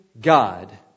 God